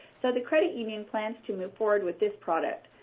so the credit union plans to move forward with this product.